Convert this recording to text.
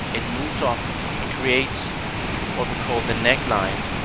it moves up and creates what we call the neckline.